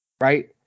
Right